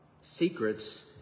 secrets